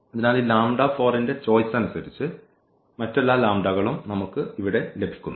അതിനാൽ ഈ ൻറെ ചോയ്സ് അനുസരിച്ച് മറ്റ് എല്ലാ ലാംഡാകളും നമുക്ക് ഇവിടെ ലഭിക്കുന്നു